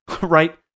right